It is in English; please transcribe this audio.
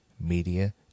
media